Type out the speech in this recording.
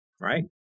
Right